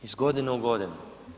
Iz godine u godinu.